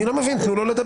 אני לא מבין, תנו לו לדבר.